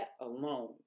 alone